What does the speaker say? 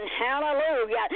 Hallelujah